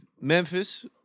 Memphis